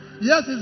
Yes